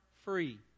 free